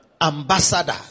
ambassador